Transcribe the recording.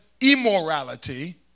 immorality